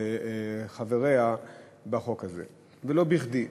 לחבריה בחוק הזה, ולא בכדי,